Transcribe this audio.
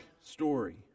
story